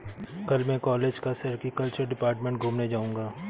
कल मैं कॉलेज का सेरीकल्चर डिपार्टमेंट घूमने जाऊंगा